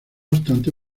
obstante